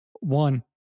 One